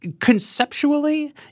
conceptually